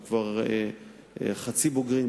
הם כבר חצי בוגרים.